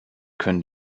können